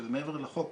שזה מעבר לחוק,